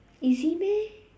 easy meh